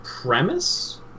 premise